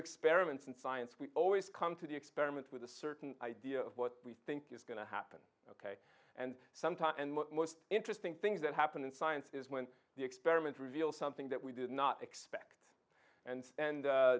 experiments in science we always come to the experiments with a certain idea of what we think is going to happen ok and sometimes and most interesting things that happen in science is when the experiments reveal something that we did not expect and and